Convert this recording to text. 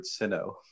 Sinnoh